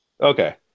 Okay